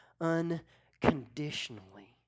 unconditionally